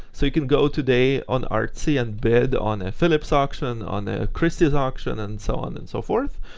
so you can go today on artsy and bid on a phillip's auction, on the christie's auction, and so on and so forth,